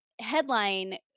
headline